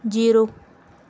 zero